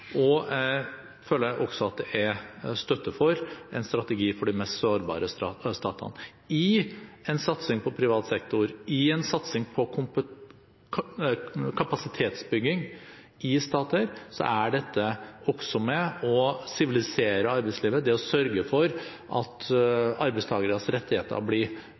og at det er støtte for en strategi for de mest sårbare statene. I en satsing på privat sektor og på kapasitetsbygging i stater er det også viktig å sivilisere arbeidslivet og sørge for at arbeidstakeres rettigheter blir